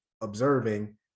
observing